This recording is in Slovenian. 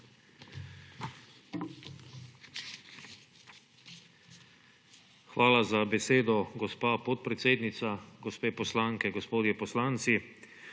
Hvala za besedo, gospa podpredsednica. Gospe poslanke, gospodje poslanci!